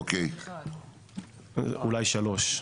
אולי שלוש.